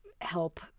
help